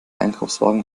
einkaufswagen